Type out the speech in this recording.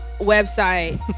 website